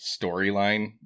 storyline